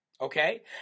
Okay